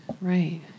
Right